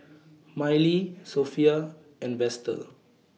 Mylee Sophia and Vester